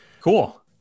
Cool